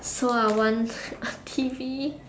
so I want a T_V